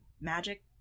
magic